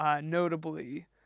notably